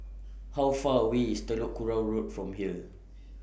How Far away IS Telok Kurau Road from here